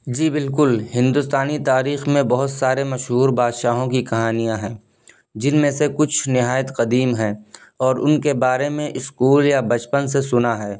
جی بالکل ہندوستانی تاریخ میں بہت سارے مشہور بادشاہوں کی کہانیاں ہیں جن میں سے کچھ نہایت قدیم ہیں اور ان کے بارے میں اسکول یا بچپن سے سنا ہے